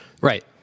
Right